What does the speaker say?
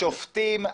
השופטים?